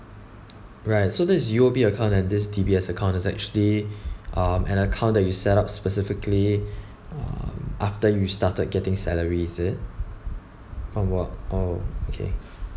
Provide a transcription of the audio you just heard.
right so this is U_O_B account and this D_B_S account is actually um an account that you set up specifically um after you started getting salary is it from work oh okay